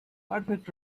perfect